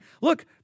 look